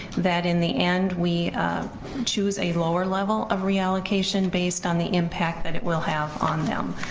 that in the end we choose a lower level of reallocation based on the impact that it will have on them,